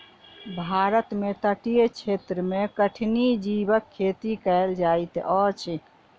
भारत में तटीय क्षेत्र में कठिनी जीवक खेती कयल जाइत अछि